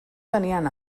tenien